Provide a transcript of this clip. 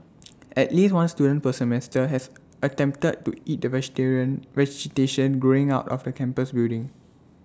at least one student per semester has attempted to eat the vegetarian vegetation growing out of the campus building